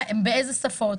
באלו שפות,